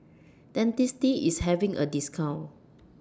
Dentiste IS having A discount